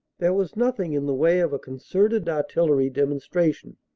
there was nothing in the way of a concerted artillery demonstration.